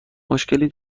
مشکلی